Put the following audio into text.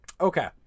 Okay